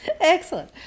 Excellent